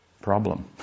problem